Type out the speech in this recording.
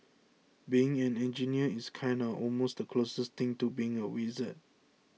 being an engineer is kinda almost the closest thing to being a wizard